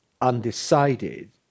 undecided